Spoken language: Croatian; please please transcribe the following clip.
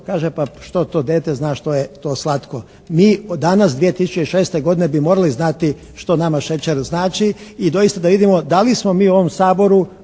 kaže pa što to dete zna što je to slatko. Mi danas 2006. godine bi morali znati što nama šećer znači i doista da vidimo da li smo mi u ovom Saboru